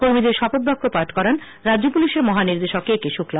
কর্মীদের শপথ বাক্য পাঠ করান রাজ্য পুলিশের মহানির্দেশক এ কে শুক্লা